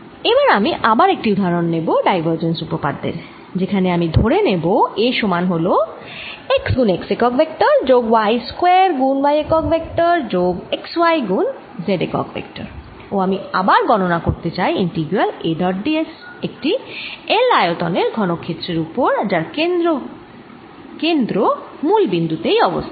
এবার আমি আবার একটি উদাহরন নেব ডাইভারজেন্স উপপাদ্যের যেখানে আমি ধরে নেব A সমান হল x গুণ x একক ভেক্টর যোগ y স্কয়ার গুণ y একক ভেক্টর যোগ x y গুণ z একক ভেক্টর ও আমি আবার গণনা করতে চাই integral A dot d s একটি L আয়তনের ঘনক্ষেত্রের ওপর যার কেন্দ্র মূল বিন্দু তে অবস্থিত